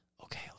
okay